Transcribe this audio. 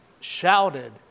shouted